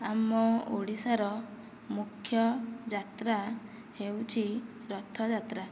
ଆମ ଓଡ଼ିଶାର ମୁଖ୍ୟ ଯାତ୍ରା ହେଉଛି ରଥଯାତ୍ରା